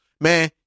Man